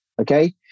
okay